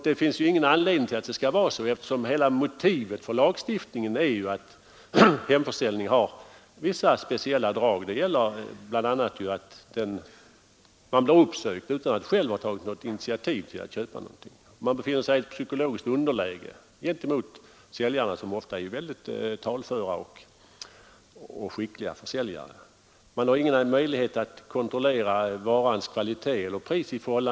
Det finns ingen anledning varför det skall vara så, eftersom hela motivet för lagstiftningen ju är att hemförsäljningen har vissa speciella drag; man blir uppsökt av försäljaren utan att själv ha tagit något initiativ till att köpa något. Man befinner sig i ett psykologiskt underläge gentemot försäljaren, som ofta är mycket talför och skicklig när det gäller att sälja. Kunden har heller inga möjligheter att i andra affärer jämföra varans kvalitet eller pris.